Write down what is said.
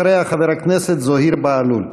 אחריה, חבר הכנסת זוהיר בהלול.